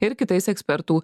ir kitais ekspertų